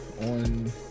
on